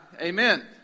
amen